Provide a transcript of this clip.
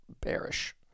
bearish